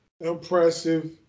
impressive